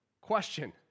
question